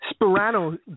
Sperano